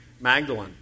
Magdalene